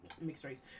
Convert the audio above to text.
mixed-race